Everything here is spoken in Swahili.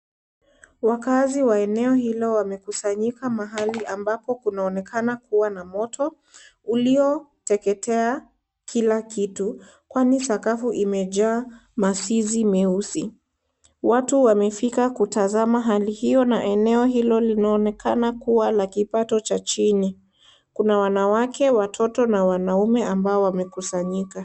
Wakaazi wa eneo hilo wamekusanyika mahali ambapo kunaonekana kuwa na moto ulioteketea kila kitu kwani sakafu imejaa mazizi meusi. Watu wamefika kutazama hali hiyo na eneo hilo linaonekana kuwa la kipato cha chini, kuna wanawake, watoto na wanaume ambao wamekusanyika.